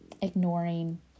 ignoring